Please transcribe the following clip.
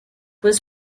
was